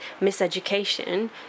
miseducation